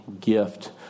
gift